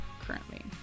currently